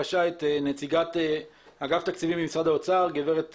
נציגת אגף התקציבים במשרד האוצר, גברת